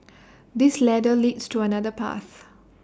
this ladder leads to another path